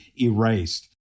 erased